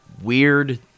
weird